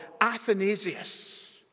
Athanasius